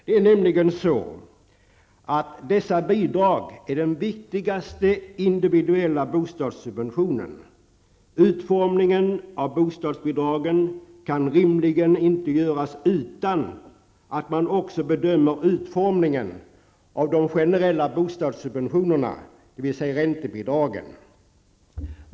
Det är nämligen så att dessa bidrag är den viktigaste individuella bostadssubventionen; utformningen av bostadsbidragen kan rimligen inte göras utan att man också bedömer utformningen av de generella bostadssubventionerna, dvs. räntebidragen.